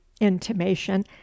intimation